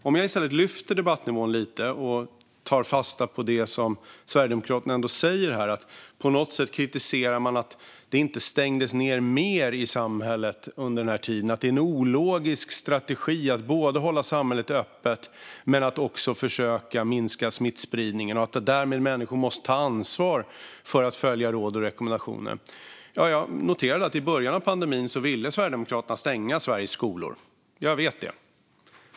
Låt mig i stället lyfta debattnivån lite och ta fasta på det som Sverigedemokraterna säger här. De kritiserar på något sätt att inte mer stängdes ned i samhället under den här tiden. Den menar att det är en ologisk strategi att både hålla samhället öppet och att försöka minska smittspridningen och att människor därmed måste ta ansvar för att följa råd och rekommendationer. Jag noterade att i början av pandemin ville Sverigedemokraterna stänga Sveriges skolor; jag vet det.